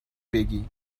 بگی